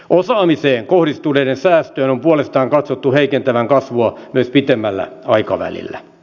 osaamiseen kohdistuneiden säästöjen on puolestaan katsottu heikentävän kasvua myös pidemmällä aikavälillä